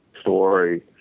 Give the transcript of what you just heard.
story